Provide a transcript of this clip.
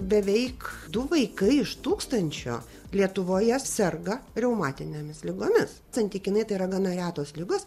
beveik du vaikai iš tūkstančio lietuvoje serga reumatinėmis ligomis santykinai tai yra gana retos ligos